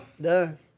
Done